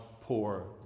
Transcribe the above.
poor